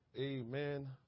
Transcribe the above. Amen